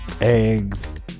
eggs